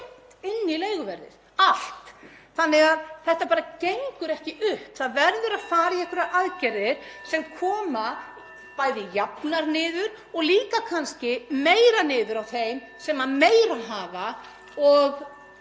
inn í leiguverðið, allar. Þannig að þetta bara gengur ekki upp. Það verður að fara í einhverjar aðgerðir (Forseti hringir.) sem koma bæði jafnar niður og kannski meira niður á þeim sem meira hafa og